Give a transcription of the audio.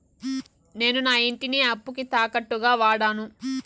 నేను నా ఇంటిని అప్పుకి తాకట్టుగా వాడాను